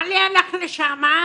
בעלי הלך לשם,